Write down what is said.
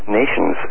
nations